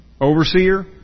overseer